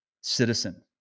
citizen